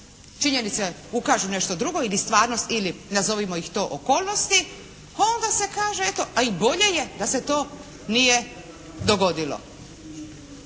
činjenice ukažu nešto drugo ili stvarnost ili nazovimo ih to okolnosti, onda se kaže eto, a i bolje je da se to nije dogodilo.